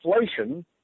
inflation